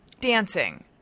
dancing